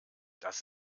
das